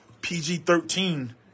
PG-13